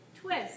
twist